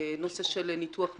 נושא של ניתוח מחירים.